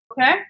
Okay